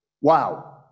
Wow